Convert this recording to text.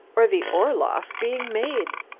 or the orloff being made?